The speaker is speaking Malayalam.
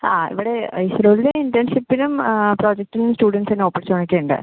ആ ഇവിടെ യൂഷ്യലി ഉള്ള ഇന്റേൺഷിപ്പിനും പ്രോജെക്റ്റിനും ഓപ്പർച്യൂണിറ്റി ഉണ്ട്